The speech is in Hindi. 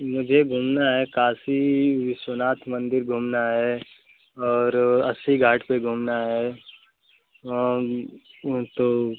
मुझे घूमना है काशी विश्वनाथ मंदिर घूमना है और अस्सी घाट पर घूमना है और ऊ तो